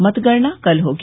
मतगणना कल होगी